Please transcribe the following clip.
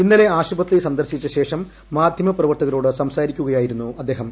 ഇന്നലെ ആശുപത്രി സന്ദർശിച്ചശേഷം മാധ്യമപ്രവർത്തകരോട് സംസാരിക്കുകയായിരുന്നു അദ്ദേഹം